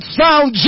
sound